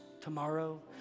tomorrow